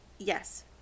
Yes